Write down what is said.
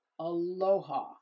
Aloha